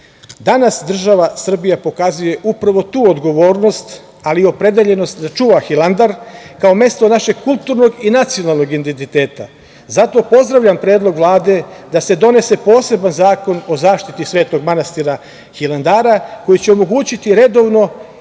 država Srbija pokazuje upravo tu odgovornost, ali i opredeljenost da čuva Hilandar, kao mesto našeg kulturnog i nacionalnog identiteta. Zato pozdravljam predlog Vlade da se donese poseban zakon o zaštiti Svetog manastira Hilandara, koji će omogućiti redovno